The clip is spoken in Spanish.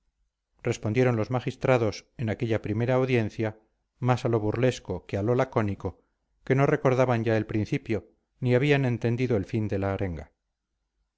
respondieron los magistrados en aquella primera audiencia más a lo burlesco que a lo lacónico que no recordaban ya el principio ni habían entendido el fin de la arenga